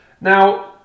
Now